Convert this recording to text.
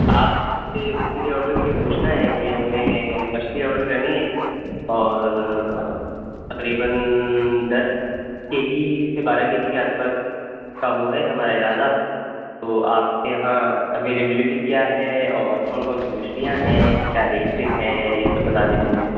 آپ سے اس کے لیے آڈر کے لیے پوچھنا ہے کہ ہمیں مچھلی آڈر کرنی ہے اور تقریباً دس کے جی سے بارہ کے جی کے آس پاس کا وہ ہے ہمارا ارادہ تو آپ کے یہاں اویلیبلٹی کیا ہے اور کون کون سی مچھلیاں ہیں کیا ریٹس ہے یہ سب بتا دیجیے مجھے